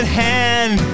hand